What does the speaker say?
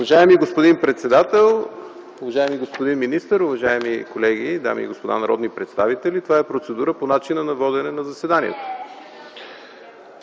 Уважаеми господин председател, уважаеми господин министър, уважаеми колеги, дами и господа народни представители! Това е процедура по начина на водене на заседанието.